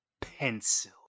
pencil